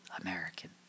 American